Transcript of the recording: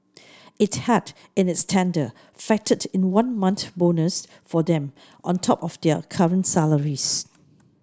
it had in its tender factored in a one month bonus for them on top of their current salaries